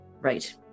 Right